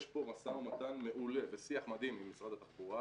יש פה משא ומתן מעולה ושיח מדהים עם משרד התחבורה,